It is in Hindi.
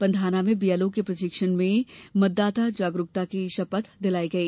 पंधाना में बीएलओ के प्रशिक्षण में मतदाता जागरूकता की शपथ दिलाई गई